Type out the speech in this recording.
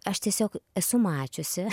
aš tiesiog esu mačiusi